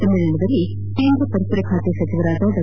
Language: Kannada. ಸಮ್ಮೇಳನದಲ್ಲಿ ಕೇಂದ್ರ ಪರಿಸರ ಖಾತೆ ಸಚಿವ ಡಾ